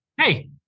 Hey